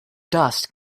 dust